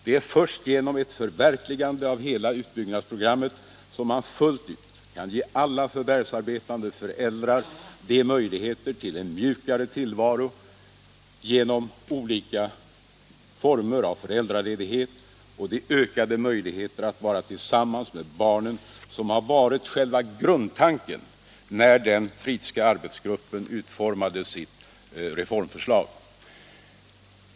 Det är först genom ett förverkligande av hela utbyggnadsprogrammet som man fullt ut kan ge alla förvärvsarbetande föräldrar de möjligheter till en mjukare tillvaro genom olika former av föräldraledighet och de ökade möjligheter att vara tillsammans med barnen som har varit själva grundtanken när den Fridhska arbetsgruppen utformade sitt reformförslag.